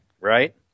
right